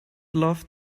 loved